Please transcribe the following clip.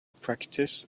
practice